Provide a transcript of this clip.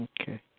Okay